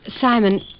Simon